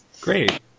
Great